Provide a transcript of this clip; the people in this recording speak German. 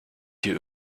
hier